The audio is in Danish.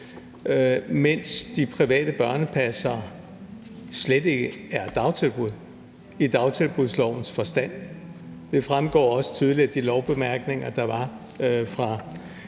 mens de private børnepassere slet ikke er dagtilbud i dagtilbudslovens forstand. Det fremgår også tydeligt af de lovbemærkninger, der var fra